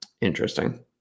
Interesting